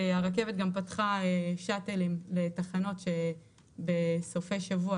הרכבת גם פתחה שאטלים לתחנות שבסופי שבוע